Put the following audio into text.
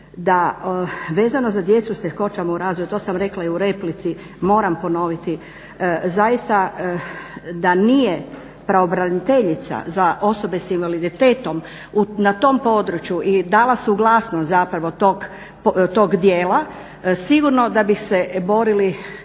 da vezano za djecu s teškoćama u razvoju to sam rekla i u replici moram ponoviti zaista da nije pravobraniteljica za osobe sa invaliditetom na tom području i dala suglasnost zapravo tog dijela sigurno da bi se borili